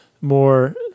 more